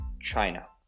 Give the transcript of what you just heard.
China